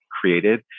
created